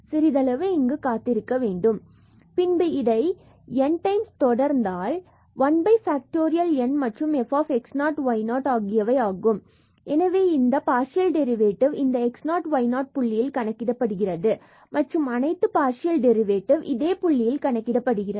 சிறிதளவு இங்கு காத்திருக்க வேண்டும் மற்றும் பின்பு இதை n தொடர்ந்தால் இது 1 factorial n மற்றும் fx0y0 ஆகியவை ஆகும் எனவே இந்த பார்சியல் டெரிவேட்டிவ் இந்த x0y0 புள்ளியில் கணக்கிடப்படுகிறது மற்றும் மற்ற அனைத்து பார்சியல் டெரிவேட்டிவ் இதே புள்ளியில் கணக்கிடப்படுகிறது